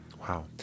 Wow